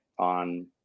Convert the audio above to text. on